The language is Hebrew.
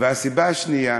והסיבה השנייה,